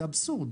זה אבסורד.